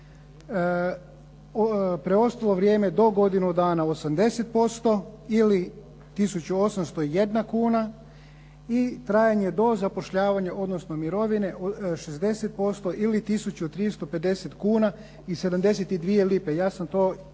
preostalo vrijeme do godinu dana 80% ili tisuću 801 kuna i trajanje do zapošljavanja odnosno mirovine 60% ili tisuću 350 kuna i 72 lipe. Ja sam to rekao